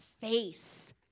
face